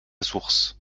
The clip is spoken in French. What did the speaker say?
source